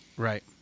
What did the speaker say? Right